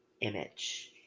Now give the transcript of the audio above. image